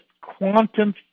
quantum